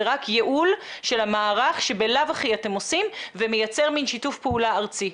זה רק ייעול של המערך שבלאו הכי אתם עושים ומייצר מן שיתוף פעולה ארצי.